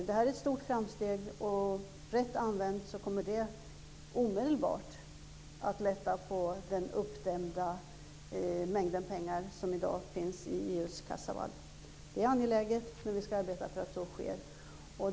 Detta är ett stort framsteg, och rätt använt kommer det omedelbart att lätta på den uppdämda mängden pengar som i dag finns i EU:s kassavalv. Det är angeläget, men vi ska arbeta för att så sker.